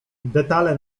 detale